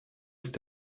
ist